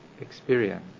experience